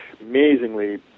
amazingly